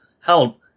help